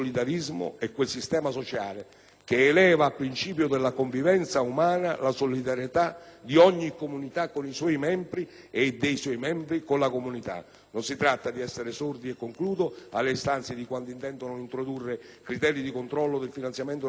che eleva a principio della convivenza umana la solidarietà di ogni comunità con i suoi membri, e dei suoi membri con la comunità». Non si tratta di essere sordi alle istanze di quanti intendono introdurre criteri di controllo del finanziamento alle funzioni pubbliche più attenti alle esigenze di efficienza